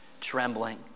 trembling